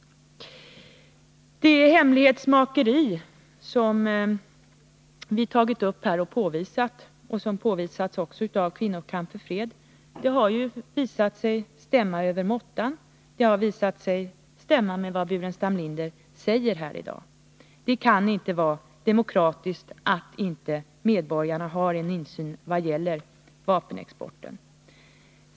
Vad vi sagt om det hemlighetsmakeri som påvisats här och som också påvisats av Kvinnokamp för fred har enligt vad som framgått stämt övermåttan väl. Det har också visat sig stämma med vad Staffan Burenstam Linder säger här i dag. Det kan inte vara demokratiskt att medborgarna inte har insyn vad gäller vapenexporten.